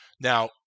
Now